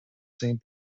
same